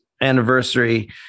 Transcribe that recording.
anniversary